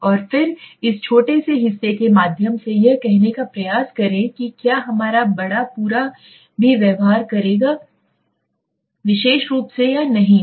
और फिर इस छोटे से हिस्से के माध्यम से यह कहने का प्रयास करें कि क्या हमारा बड़ा पूरा भी व्यवहार करेगा विशेष रूप से या नहीं है